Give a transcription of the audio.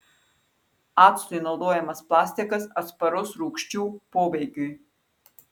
actui naudojamas plastikas atsparus rūgščių poveikiui